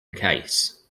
case